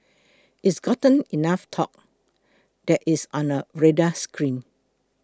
it's gotten enough talk that it's on our radar screen